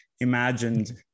imagined